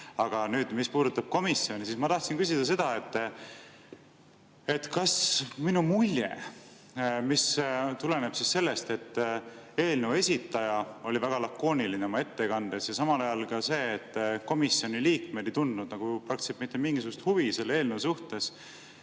Aga nüüd, mis puudutab komisjoni, siis ma tahtsin küsida seda. Kas minu mulje, mis tuleneb sellest, et eelnõu esitaja oli väga lakooniline oma ettekandes, ja samal ajal ka see, et komisjoni liikmed ei tundnud praktiliselt mitte mingisugust huvi selle eelnõu vastu,